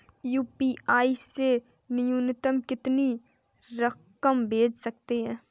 UPI से न्यूनतम कितनी रकम भेज सकते हैं?